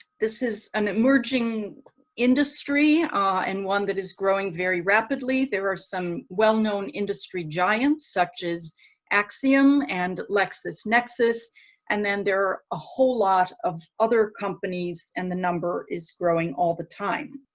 this is an emerging industry ah and one that is growing very rapidly. there are some well-known industry giants such as axiom and lexisnexis and then there are a whole lot of other companies, and the number is growing all the time.